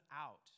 out